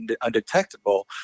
undetectable